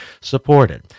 supported